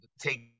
take